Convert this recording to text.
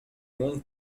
monte